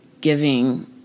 giving